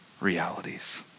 realities